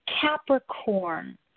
Capricorn